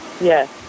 yes